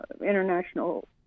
international